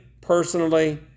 personally